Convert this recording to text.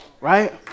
right